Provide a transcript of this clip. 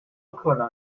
可能